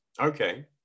okay